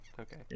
Okay